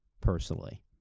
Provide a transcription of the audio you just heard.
personally